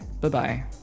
bye-bye